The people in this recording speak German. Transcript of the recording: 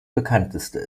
bekannteste